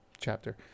chapter